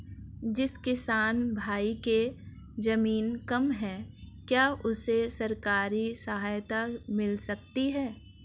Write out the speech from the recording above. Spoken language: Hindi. जिस किसान भाई के ज़मीन कम है क्या उसे सरकारी सहायता मिल सकती है?